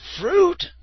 fruit